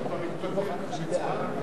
כהצעת הוועדה,